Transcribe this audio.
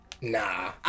nah